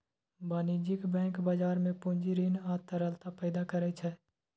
वाणिज्यिक बैंक बाजार मे पूंजी, ऋण आ तरलता पैदा करै छै